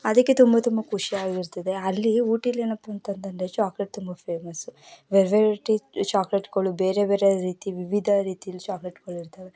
ಅದಕ್ಕೆ ತುಂಬ ತುಂಬ ಖುಷಿಯಾಗಿರ್ತದೆ ಅಲ್ಲಿ ಊಟಿಲಿ ಏನಪ್ಪ ಅಂತಂತಂದರೆ ಚಾಕ್ಲೆಟ್ ತುಂಬ ಫೇಮಸ್ಸು ವೆರ್ ವೆರೈಟಿ ಚಾಕ್ಲೆಟ್ಟುಗಳು ಬೇರೆ ಬೇರೆ ರೀತಿ ವಿವಿಧ ರೀತಿಲಿ ಚಾಕ್ಲೆಟ್ಗಳಿರ್ತವೆ